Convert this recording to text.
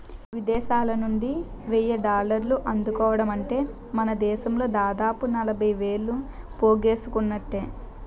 విదేశాలనుండి వెయ్యి డాలర్లు అందుకోవడమంటే మనదేశంలో దాదాపు ఎనభై వేలు పోగేసుకున్నట్టే